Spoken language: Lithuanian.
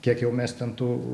kiek jau mes ten tų